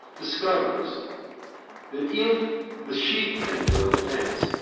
discovers that if the sheep men build a fence,